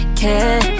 care